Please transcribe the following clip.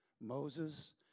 Moses